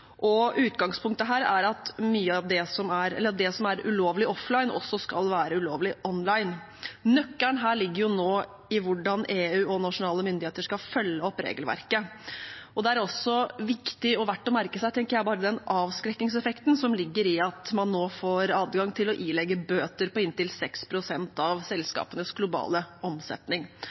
og utgangspunktet er at det som er ulovlig «offline», også skal være ulovlig «online». Nøkkelen her ligger nå i hvordan EU og nasjonale myndigheter skal følge opp regelverket. Det er viktig og verdt å merke seg, tenker jeg – bare den avskrekkingseffekten som ligger i at man nå får adgang til å ilegge bøter på inntil 6 pst. av selskapenes globale omsetning.